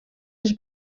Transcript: les